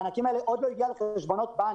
המענקים הללו עוד לא הגיעו לחשבונות הבנק.